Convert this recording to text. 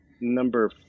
number